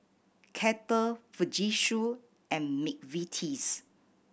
Kettle Fujitsu and McVitie's